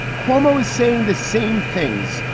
cuomo is saying the same things.